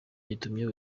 gitumye